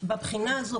בבחינה הזאת,